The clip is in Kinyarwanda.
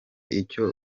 icyo